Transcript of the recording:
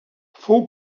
fou